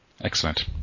Excellent